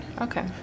Okay